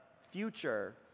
future